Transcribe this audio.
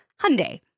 Hyundai